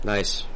Nice